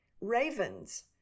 ravens